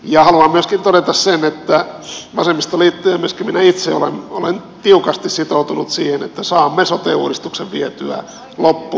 ja haluan myöskin todeta sen että vasemmistoliitto ja myöskin minä itse olemme tiukasti sitoutuneet siihen että saamme sote uudistuksen vietyä loppuun